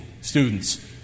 students